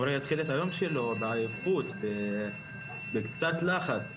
המורה התחיל את היום שלו בעייפות ובקצת לחץ,